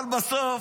אבל בסוף,